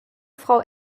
frau